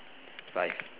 five